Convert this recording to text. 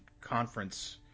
conference